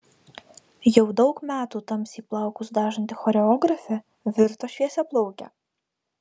jau daug metų tamsiai plaukus dažanti choreografė virto šviesiaplauke